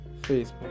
Facebook